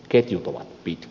ketjut ovat pitkiä